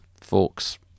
forks